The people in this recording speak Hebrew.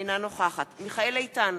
אינה נוכחת מיכאל איתן,